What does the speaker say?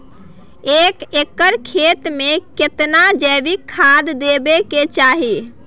एक एकर खेत मे केतना जैविक खाद देबै के चाही?